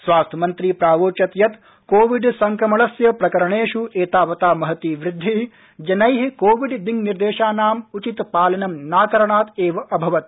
स्वास्थ्य मन्त्री प्रोक्तवान् यत् कोविड संक्रमणस्य प्रकरणेष् एतावता महती वृद्धि जनै कोविड दिशानिर्देशानं उचित पालनं न करणात् एव अभवत्